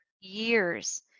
years